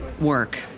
work